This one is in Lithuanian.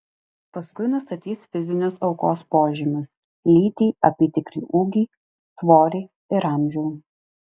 paskui nustatys fizinius aukos požymius lytį apytikrį ūgį svorį ir amžių